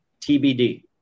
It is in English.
TBD